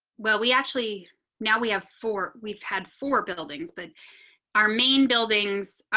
well, we actually now we have four. we've had four buildings, but our main buildings.